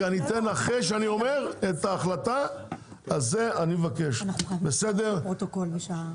אני מודה לכולם, הישיבה נעולה.